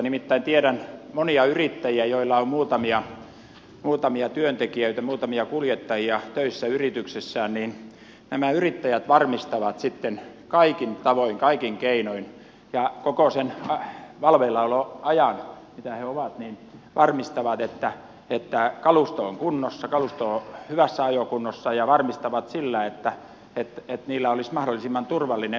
nimittäin tiedän monia yrittäjiä joilla on muutamia työntekijöitä muutamia kuljettajia töissä yrityksessään ja nämä yrittäjät varmistavat sitten kaikin tavoin kaikin keinoin ja koko sen valveillaoloajan mitä he ovat että kalusto on kunnossa kalusto on hyvässä ajokunnossa ja varmistavat sillä että niillä olis mahdollisimman turvallinen